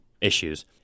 issues